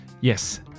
Yes